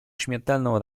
śmiertelną